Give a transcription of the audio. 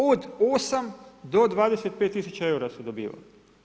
Od 8 do 25 000 eura su dobivali.